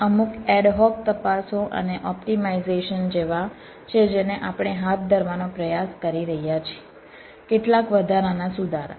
આ અમુક એડહોક તપાસો અને ઓપ્ટિમાઇઝેશન જેવા છે જેને આપણે હાથ ધરવાનો પ્રયાસ કરી રહ્યા છીએ કેટલાક વધારાના સુધારા